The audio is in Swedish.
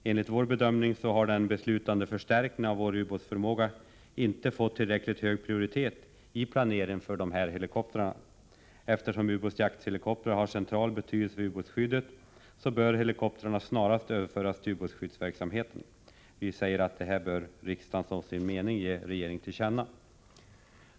Enligt vår bedömning har den beslutade förstärkningen av vår ubåtsbekämpningsförmåga inte fått tillräckligt hög prioritet i planeringen för dessa helikoptrar. Eftersom ubåtsjaktshelikoptrar har central betydelse för ubåtsskyddet, bör dessa helikoptrar överföras till ubåtsskyddsverksamheten. Vi menar att riksdagen bör som sin mening ge detta regeringen till känna.